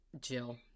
Jill